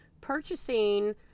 purchasing